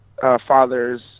Fathers